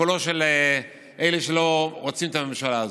קולם של אלה שלא רוצים את הממשלה הזאת.